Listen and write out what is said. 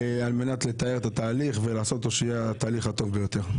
על מנת לטהר את התהליך ולעשות אותו שיהיה התהליך הטוב ביותר.